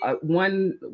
one